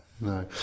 no